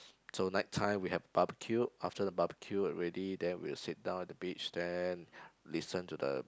so night time we have barbecue after the barbecue already then we will sit down at the beach then listen to the